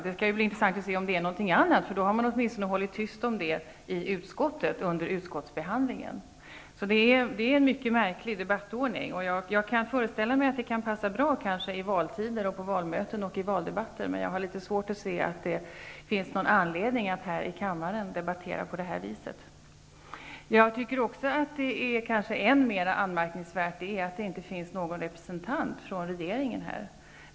Det skall bli intressant att se om de tycker något annat. I så fall har de åtminstone hållit tyst med det under utskottsbehandlingen. Det här är en mycket märklig debattordning. Jag kan föreställa mig att den kan passa bra i valtider på valmöten och i valdebatter, men jag har litet svårt att se att det finns någon anledning att debattera på det här viset i kammaren. Än mera anmärkningsvärt är att det inte finns någon representant från regeringen här.